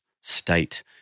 state